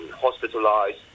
hospitalized